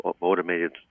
automated